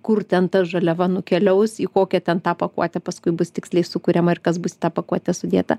kur ten ta žaliava nukeliaus į kokią ten tą pakuotę paskui bus tiksliai sukuriama ir kas bus į tą pakuotę sudėta